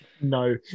No